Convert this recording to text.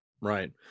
Right